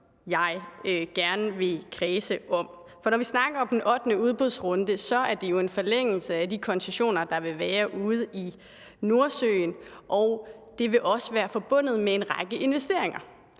jeg gerne vil kredse om. For når vi snakker om den ottende udbudsrunde, er det jo en forlængelse af de koncessioner, der vil være ude i Nordsøen, og det vil også være forbundet med en række investeringer.